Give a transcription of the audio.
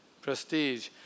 prestige